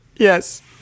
Yes